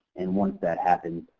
and once that happens,